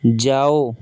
جاؤ